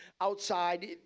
outside